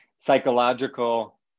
Psychological